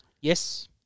Yes